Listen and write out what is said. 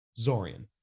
Zorian